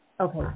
Okay